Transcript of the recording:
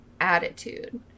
attitude